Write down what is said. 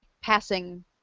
passing